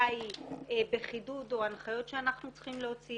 היא בחידוד או הנחיות שאנחנו צריכים להוציא,